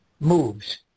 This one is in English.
moves